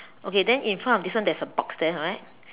okay then in front of this one there is a box there right